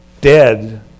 dead